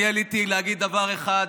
אני עליתי להגיד דבר אחד,